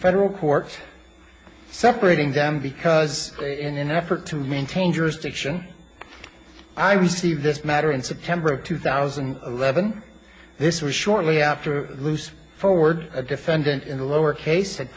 federal court separating them because in an effort to maintain jurisdiction i received this matter in september of two thousand and eleven this was shortly after loose forward a defendant in the lower case had